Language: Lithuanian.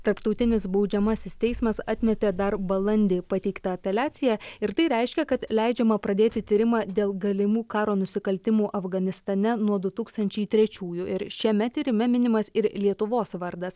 tarptautinis baudžiamasis teismas atmetė dar balandį pateiktą apeliaciją ir tai reiškia kad leidžiama pradėti tyrimą dėl galimų karo nusikaltimų afganistane nuo du tūkstančiai trečiųjų ir šiame tyrime minimas ir lietuvos vardas